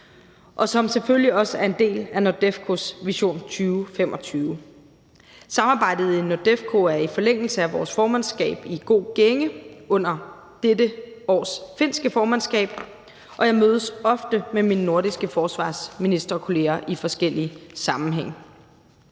og som selvfølgelig også en er en del af »NORDEFCO Vision 2025«. Samarbejdet i NORDEFCO er i forlængelse af vores formandskab i god gænge under dette års finske formandskab, og jeg mødes ofte med mine nordiske forsvarsministerkolleger i forskellig sammenhæng.